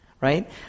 right